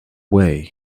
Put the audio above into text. way